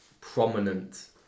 prominent